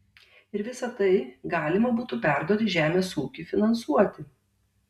ir visa tai galima būtų perduoti žemės ūkiui finansuoti